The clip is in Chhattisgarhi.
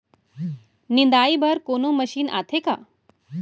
निंदाई बर कोनो मशीन आथे का?